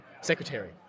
secretary